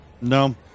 no